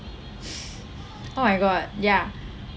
oh my god ya